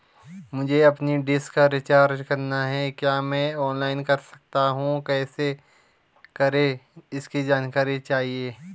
मुझे अपनी डिश का रिचार्ज करना है क्या मैं ऑनलाइन कर सकता हूँ कैसे करें इसकी जानकारी चाहिए?